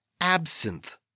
Absinthe